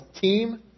team